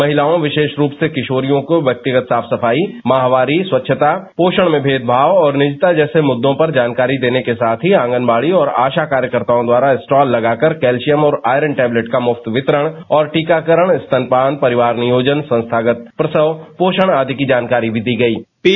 महिलाओं विशेष रूप से किशोरियों को व्यक्तिगत साफ सफाई माहवारी स्वच्छता पोषण में भेदभाव और निजता जैसे मुद्दों पर जानकारी देने के साथ ही आंगनबाड़ी और आशा कार्यकर्त्ताओं द्वारा स्टॉल लगाकर कैल्शियम और ऑयरन टेबलेट का मुफ्त वितरण और टीकारण स्तनपान परिवार नियोजन संस्थागत प्रसन पोषण आदि की जानकारी भी दी गयी